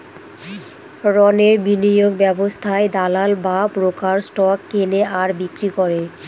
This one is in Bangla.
রণের বিনিয়োগ ব্যবস্থায় দালাল বা ব্রোকার স্টক কেনে আর বিক্রি করে